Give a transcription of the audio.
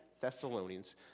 Thessalonians